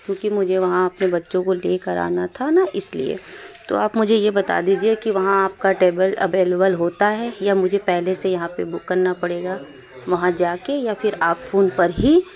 کیونکہ مجھے وہاں اپنے بچوں کو لے کر آنا تھا نا اِس لیے تو آپ مجھے یہ بتا دیجیے کہ وہاں آپ کا ٹیبل اویلیبل ہوتا ہے یا مجھے پہلے سے یہاں پہ بک کرنا پڑے گا وہاں جا کے یا پھر آپ فون پر ہی